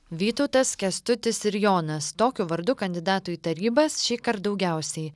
vytautas kęstutis ir jonas tokiu vardu kandidatu į tarybas šįkart daugiausiai